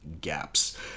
gaps